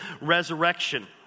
resurrection